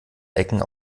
ecken